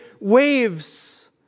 waves